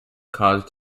caused